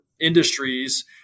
industries